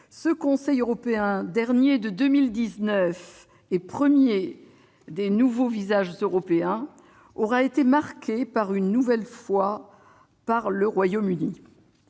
ce Conseil européen, le dernier de 2019 et le premier des nouveaux visages européens, aura été marqué une nouvelle fois par le Royaume-Uni.